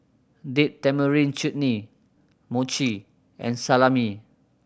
Date Tamarind Chutney Mochi and Salami